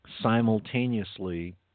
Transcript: simultaneously